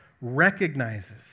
recognizes